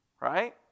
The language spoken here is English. Right